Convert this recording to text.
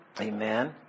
Amen